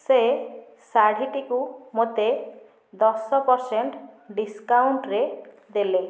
ସେ ଶାଢ଼ୀଟିକୁ ମୋତେ ଦଶ ପରସେଣ୍ଟ ଡିସ୍କକାଉଣ୍ଟରେ ଦେଲେ